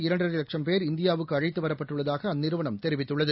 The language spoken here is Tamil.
இரண்டரைலட்சம் பேர் இந்தியாவுக்குஅழைத்துவரப்பட்டுள்ளதாகஅந்நிறுவனம் இதன்மூலமாக தெரிவித்துள்ளது